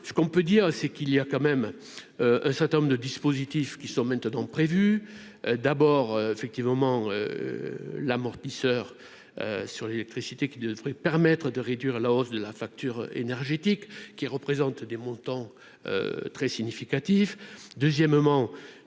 ce qu'on peut dire, c'est qu'il y a quand même un certain nombre de dispositifs qui sont maintenant prévues d'abord effectivement l'amortisseur sur l'électricité qui devrait permettre de réduire la hausse de la facture énergétique qui représentent des montants très significatifs, deuxièmement